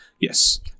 Yes